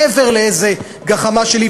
מעבר לאיזה גחמה שלי,